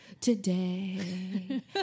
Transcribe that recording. today